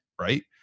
right